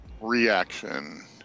reaction